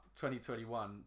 2021